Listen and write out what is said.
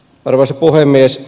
arvoisa puhemies